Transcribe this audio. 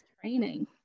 training